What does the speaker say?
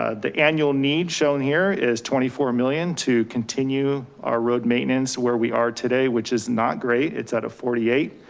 ah the annual need shown here is twenty four million to continue our road maintenance where we are today, which is not great. it's at a forty eight.